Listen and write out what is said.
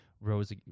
rose